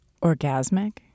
orgasmic